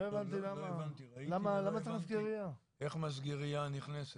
לא הבנתי, איך מסגרייה נכנסת?